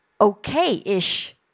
okay-ish